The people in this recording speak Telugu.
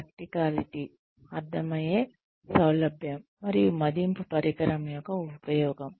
ప్రాక్టికాలిటీ అర్థమయ్యే సౌలభ్యం మరియు మదింపు పరికరం యొక్క ఉపయోగం